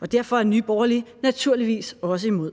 og derfor er jeg og Nye Borgerlige naturligvis også imod.